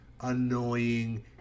annoying